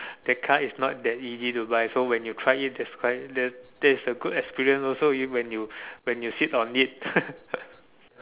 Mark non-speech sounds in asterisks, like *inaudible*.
that car is not that easy to buy so when you try it that's why that is a good experience also when you when you sit on it *laughs*